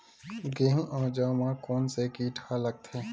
गेहूं अउ जौ मा कोन से कीट हा लगथे?